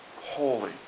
Holy